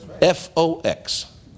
F-O-X